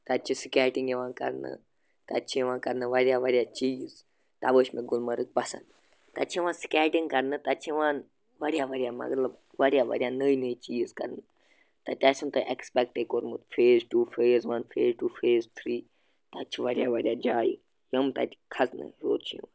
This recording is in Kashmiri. تَتہِ چھِ سِکیٹِنٛگ یِوان کَرنہٕ تَتہِ چھِ یِوان کَرنہٕ واریاہ واریاہ چیٖز تَوَے چھِ مےٚ گُلمَرٕگ پَسنٛد تَتہِ چھِ یِوان سِکیٹِنٛگ کَرنہٕ تَتہِ چھِ یِوان واریاہ واریاہ مطلب واریاہ واریاہ نٔے نٔے چیٖز کَرنہٕ تَتہِ آسان تۄہہِ ایٚکٕسپٮ۪کٹَے کوٚرمُت phase two phase one phase two phase three تَتہِ چھِ واریاہ واریاہ جایہِ یِم تَتہِ کھَسنہٕ ہیٚور چھِ یِوان